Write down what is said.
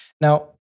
Now